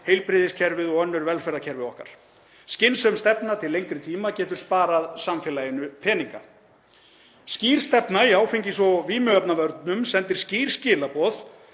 heilbrigðiskerfið og önnur velferðarkerfi okkar. Skynsamleg stefna til lengri tíma getur sparað samfélaginu peninga. Skýr stefna í áfengis- og vímuefnavörnum sendir skýr skilaboð